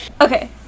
Okay